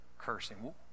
cursing